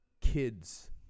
kids